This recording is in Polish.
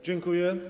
Dziękuję.